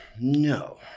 no